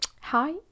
hi